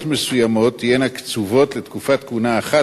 מסוימות תהיינה קצובות לתקופת כהונה אחת,